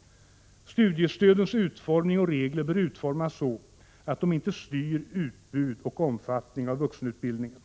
- Studiestödens utformning och regler bör utformas så att de inte styr utbud och omfattning av vuxenutbildningen.